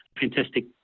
fantastic